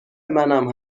منم